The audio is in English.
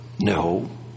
No